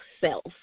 self